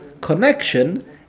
connection